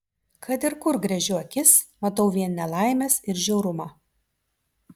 kad ir kur gręžiu akis matau vien nelaimes ir žiaurumą